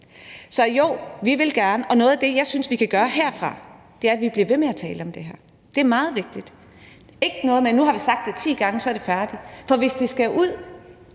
noget af det, som jeg synes, at vi kan gøre herfra, er, at vi bliver ved med at tale om det. Det er meget vigtigt. Det er ikke noget med, at nu har vi sagt det 10 gange, og så er det færdigt, for hvis det skal ud